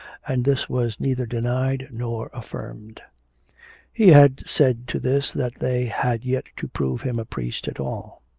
and this was neither denied nor affirmed he had said to this that they had yet to prove him a priest at all.